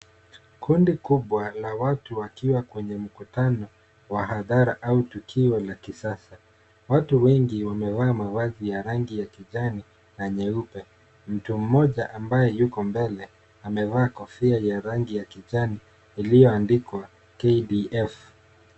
Kundi kubwa la watu wakiwa kwenye mkutano wa hadhara au tukio la kisasa. Watu wengi wamevaa mavazi ya rangi ya kijani na nyeupe. Mtu mmoja ambaye yuko mbele amevaa kofia ya rangi ya kijani iliyoandikwa kdf.